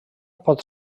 pot